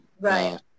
right